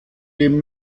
dem